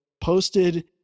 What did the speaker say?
posted